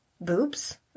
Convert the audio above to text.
boobs